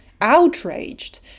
outraged